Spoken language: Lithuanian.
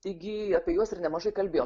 taigi apie juos ir nemažai kalbėjom